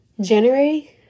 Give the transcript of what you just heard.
january